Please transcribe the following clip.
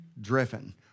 driven